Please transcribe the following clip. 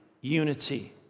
unity